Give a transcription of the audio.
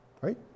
right